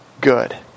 good